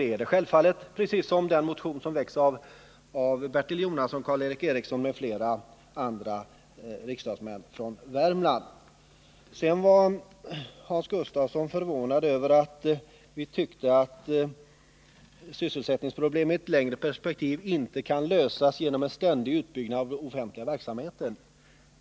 Det är det självfallet — på precis samma sätt som när det gäller den motion som har väckts av Bertil Jonasson, Karl Erik Eriksson och andra riksdagsmän från Värmland. Hans Gustafsson var förvånad över att vi tycker att sysselsättningsproblemet i ett längre perspektiv inte kan lösas genom en ständig utbyggnad av den offentliga verksamheten.